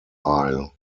isle